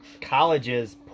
colleges